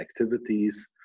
activities